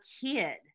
kid